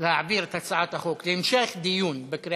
ההצעה להעביר את הצעת חוק דמי מחלה